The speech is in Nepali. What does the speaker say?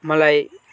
मलाई